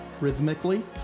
rhythmically